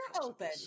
open